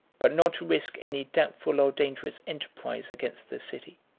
but not to risk any doubtful or dangerous enterprise against the city.